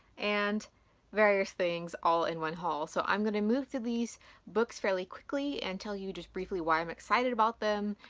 and various things all in one haul. so i'm gonna move to these books fairly quickly and tell you just briefly why i'm excited about them,